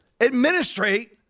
administrate